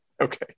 Okay